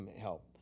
help